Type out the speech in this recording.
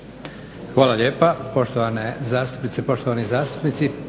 Hvala lijepa. Poštovane zastupnice i poštovani zastupnici,